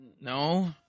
No